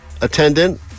attendant